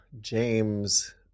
james